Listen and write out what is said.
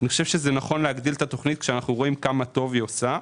אני חושב שנכון להגדיל את התוכנית כאשר אנחנו רואים כמה טוב היא עושה.